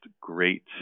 great